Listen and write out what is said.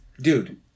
Dude